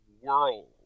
world